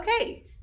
Okay